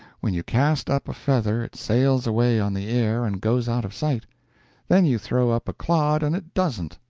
when you cast up a feather it sails away on the air and goes out of sight then you throw up a clod and it doesn't.